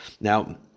Now